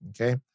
Okay